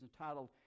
entitled